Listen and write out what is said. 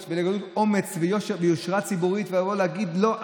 ולגלות אומץ ויושרה ציבורית ולבוא ולהגיד: לא,